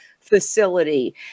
facility